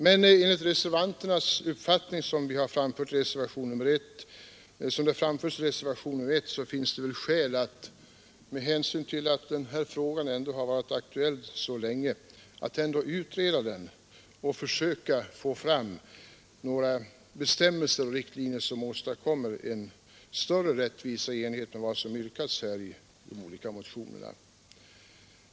Men enligt reservanternas uppfattning, som den framförs i reservationen 1, finns det skäl med hänsyn till att den här frågan varit aktuell så länge att ändå utreda den och försöka åstadkomma bestämmelser som ger större rättvisa i enlighet med vad som yrkas i de olika motionerna.